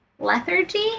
Lethargy